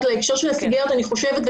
אני חושבת,